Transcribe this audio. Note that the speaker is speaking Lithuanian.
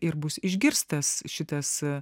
ir bus išgirstas šitas